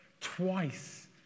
Twice